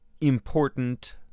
important